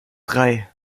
drei